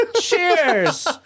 cheers